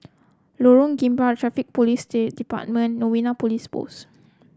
Lorong Gambir Traffic Police Day Department Novena Police Post